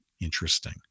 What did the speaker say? interesting